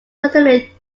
certainly